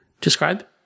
describe